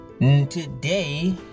today